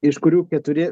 iš kurių keturi